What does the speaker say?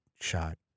shot